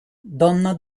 donna